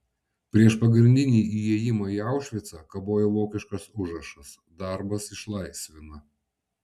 prieš pagrindinį įėjimą į aušvicą kabojo vokiškas užrašas darbas išlaisvina